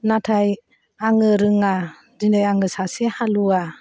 नाथाय आङो रोङा दिनै आङो सासे हालुवा